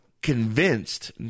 convinced